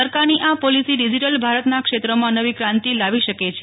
સરકારની આ policy digital ભારતના ક્ષેત્રમાં નવી ક્રાંતિ લાવી શકે છે